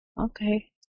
okay